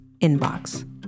inbox